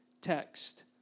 text